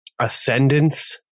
ascendance